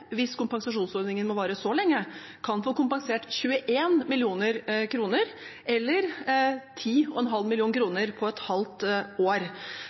hvis kompensasjonsordningen må vare så lenge – kan få kompensert 21 mill. kr, eller 10,5 mill. kr for et halvt år.